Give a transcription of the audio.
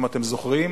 אם אתם זוכרים,